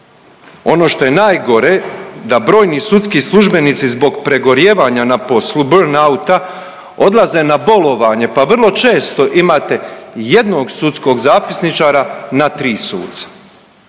Ono što je najgore da brojni sudski službenici zbog pregorijevanja na poslu burnouta odlaze na bolovanje pa vrlo često imate jednog sudskog zapisničara na 3 suca.